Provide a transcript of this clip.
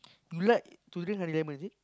you like to drink honey lemon is it